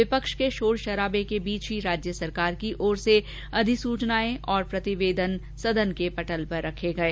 विपक्ष के शोर शराबे के बीच ही राज्य सरकार की ओर से अधिसुचनाएं और प्रतिवेदन सदन की मेज पर रखे गये